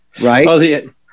right